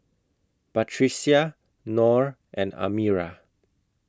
Batrisya Nor and Amirah